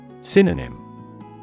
Synonym